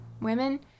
women